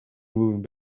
moving